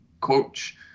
coach